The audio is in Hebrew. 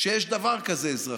שיש דבר כזה אזרחים.